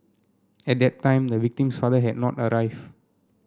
at that time the victim's father had not arrived